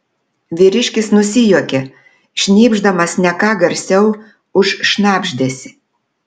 vyriškis nusijuokė šnypšdamas ne ką garsiau už šnabždesį